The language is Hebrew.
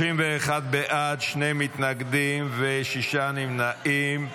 31 בעד, שני מתנגדים ושישה נמנעים.